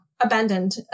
abandoned